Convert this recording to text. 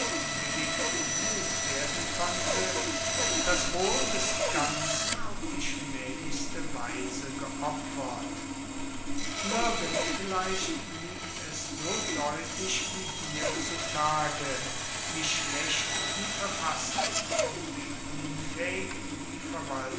billig genug werden konnte das wohl des ganzen auf die schmaehlichste weise geopfert nirgend vielleicht liegt es so deutlich wie hier zutage wie schlecht die verfassung und wie unfaehig die